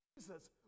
Jesus